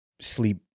sleep